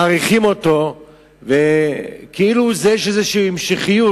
מאריכים אותו וכאילו יש איזושהי המשכיות,